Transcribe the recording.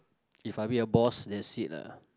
If I be a boss that's it lah